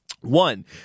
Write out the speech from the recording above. One